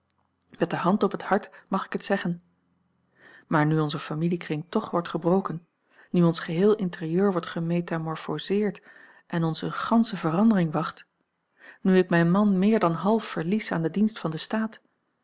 met de hand op het hart mag ik het zeggen maar nu onze familiekring toch wordt gebroken nu ons geheel intérieur wordt gemetamorphoseerd en ons eene gansche verandering wacht nu ik mijn man meer dan half verlies aan den dienst van den staat